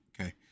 Okay